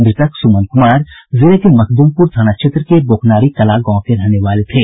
मृतक सुमन कुमार जिले के मखदुमपुर थाना क्षेत्र के बोकनारी कलां गांव के रहने वाले थे